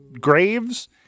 graves